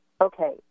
okay